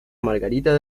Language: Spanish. margarita